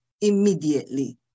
immediately